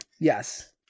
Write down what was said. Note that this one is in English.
Yes